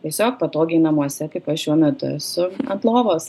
tiesiog patogiai namuose kaip aš šiuo metu esu ant lovos